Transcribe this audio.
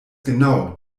genau